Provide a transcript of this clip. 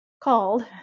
called